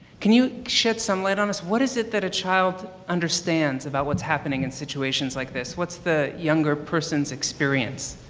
can you shed some light on us, what is it that a child understands about what's happening in situations like this? what's the younger persons experience?